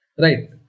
Right